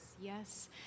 Yes